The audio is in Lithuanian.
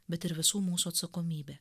bet ir visų mūsų atsakomybė